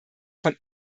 von